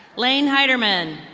lang heidermen.